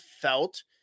felt